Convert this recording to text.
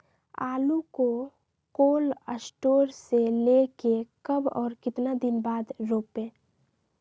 आलु को cold store से ले के कब और कितना दिन बाद रोपे?